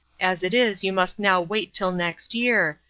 as it is you must now wait till next year,